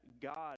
God